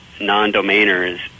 non-domainers